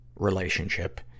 relationship